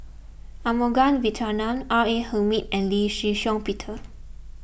Arumugam Vijiaratnam R A Hamid and Lee Shih Shiong Peter